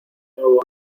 nuevo